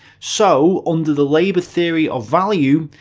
so, under the labour theory of value,